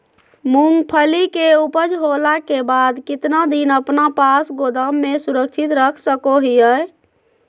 मूंगफली के ऊपज होला के बाद कितना दिन अपना पास गोदाम में सुरक्षित रख सको हीयय?